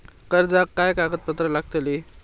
कर्जाक काय कागदपत्र लागतली?